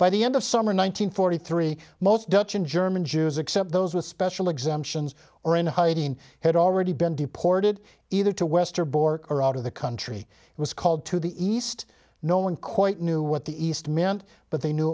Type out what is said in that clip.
by the end of summer nine hundred forty three most dutch and german jews except those with special exemptions or in hiding had already been deported either to westerbork or out of the country it was called to the east no one quite knew what the east meant but they knew